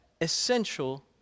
essential